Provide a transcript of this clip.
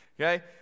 Okay